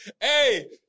Hey